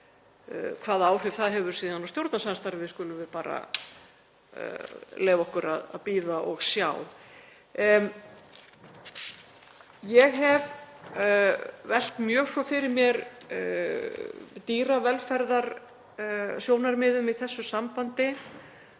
Hvaða áhrif það hefur síðan á stjórnarsamstarfið skulum við bara leyfa okkur að bíða og sjá. Ég hef velt mjög svo fyrir mér dýravelferðarsjónarmiðum í þessu sambandi